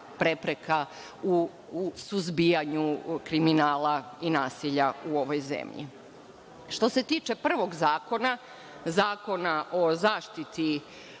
prepreka u suzbijanju kriminala i nasilja u ovoj zemlji. Što se tiče prvog zakona, Zakona o zaštiti